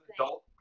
adult